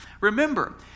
Remember